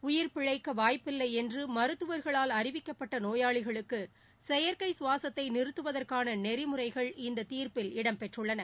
உயிர் பிழைக்க வாய்ப்பில்லை என்று மருத்துவர்களால் அறிவிக்கப்பட்ட நோயாளிகளுக்கு செயற்கை சுவாசத்தை நிறுத்துவதற்கான நெறிமுறைகள் இந்த தீர்ப்பில் இடம் பெற்றுள்ளன